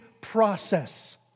process